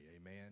Amen